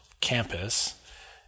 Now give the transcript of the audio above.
campus